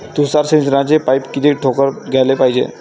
तुषार सिंचनाचे पाइप किती ठोकळ घ्याले पायजे?